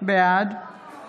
בעד